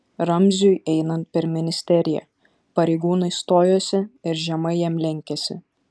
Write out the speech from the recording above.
ramziui einant per ministeriją pareigūnai stojosi ir žemai jam lenkėsi